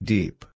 Deep